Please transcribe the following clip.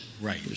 Right